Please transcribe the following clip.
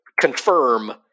Confirm